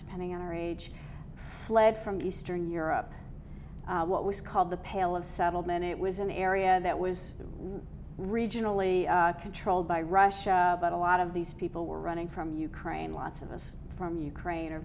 spending our age fled from eastern europe what was called the pale of settlement it was an area that was regionally controlled by russia but a lot of these people were running from ukraine lots of us from ukraine or